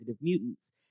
mutants